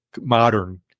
modern